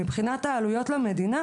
מבחינת העלויות למדינה